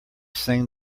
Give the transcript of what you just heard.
sing